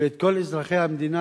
ואת כל אזרחי המדינה,